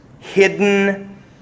hidden